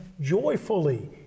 joyfully